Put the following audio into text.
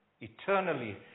eternally